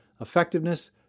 effectiveness